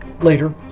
later